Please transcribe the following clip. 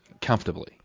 comfortably